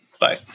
Bye